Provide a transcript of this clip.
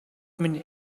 минь